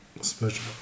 Special